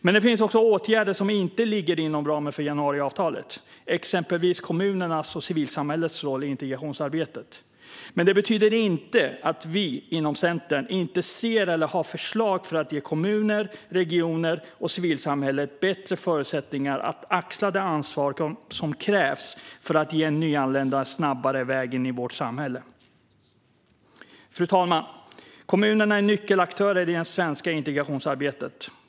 Men det finns åtgärder som inte ligger inom ramen för januariavtalet, exempelvis kommunernas och civilsamhällets roll i integrationsarbetet. Det betyder dock inte att vi inom Centern inte ser eller har förslag för att ge kommuner, regioner och civilsamhället bättre förutsättningar att axla det ansvar som krävs för att ge nyanlända en snabbare väg in i vårt samhälle. Fru talman! Kommunerna är nyckelaktörer i det svenska integrationsarbetet.